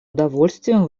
удовольствием